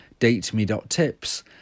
Dateme.tips